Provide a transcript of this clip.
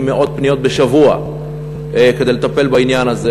מאות פניות בשבוע כדי לטפל בעניין הזה.